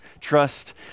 Trust